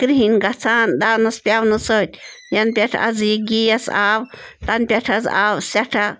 کِرٛہِنۍ گژھان دانَس پٮ۪ونہٕ سۭتۍ یَنہٕ پٮ۪ٹھ حظ یہِ گیس آو تَنہٕ پٮ۪ٹھ حظ آو سٮ۪ٹھاہ